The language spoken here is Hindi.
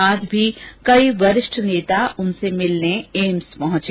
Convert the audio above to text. आज भी कई वरिष्ठ नेता उनसे मिलने एम्स पहुंचे